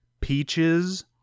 peaches